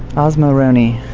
osmoroni.